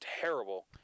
Terrible